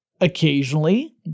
occasionally